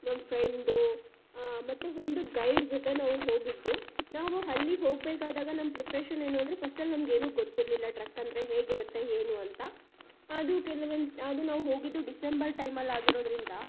ನಮ್ಮ ಫ್ರೆಂಡೂ ಮತ್ತು ಒಂದು ಗೈಡ್ ಜೊತೆ ನಾವು ಹೋಗಿದ್ದು ನಾವು ಅಲ್ಲಿ ಹೋಗಬೇಕಾದಾಗ ನಮ್ಮ ಪ್ರಿಪ್ರೇಷನ್ ಏನು ಅಂದರೆ ಫಸ್ಟ್ ಅಲ್ಲಿ ನಮ್ಗೇನೂ ಗೊತ್ತಿರಲಿಲ್ಲ ಟ್ರಕ್ ಅಂದರೆ ಹೇಗಿರುತ್ತೆ ಏನು ಅಂತ ಅದು ಕೆಲವೊಂದು ಅದು ನಾವು ಹೋಗಿದ್ದು ಡಿಸೆಂಬರ್ ಟೈಮಲ್ಲಿ ಆಗಿರೋದರಿಂದ